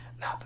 Now